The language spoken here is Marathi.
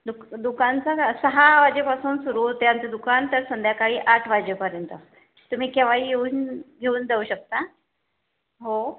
दुक दुकान चं काय सहा वाजेपासून सुरु होते आमचं दुकान तर संध्याकाळी आठ वाजेपर्यंत तुम्ही केव्हाही येऊन घेऊन जाऊ शकता हो